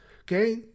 Okay